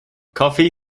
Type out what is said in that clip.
coffee